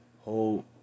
Hold